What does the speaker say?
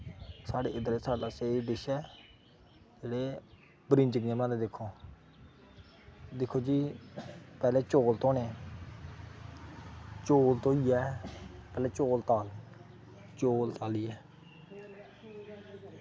साढ़ै इद्धर सारे शा शोल एह् डिश ऐ इसलै ब्रिंज कि'यां बनांदे दिक्खो दिक्खो जी पैह्लें चौल धोने चौल धोइयै पैह्लें चौल तालने चौल तालियै